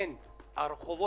אין אנשים ברחובות